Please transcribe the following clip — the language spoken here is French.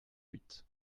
huit